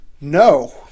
No